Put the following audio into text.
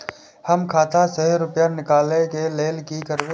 हम खाता से रुपया निकले के लेल की करबे?